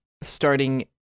starting